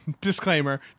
Disclaimer